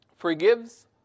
forgives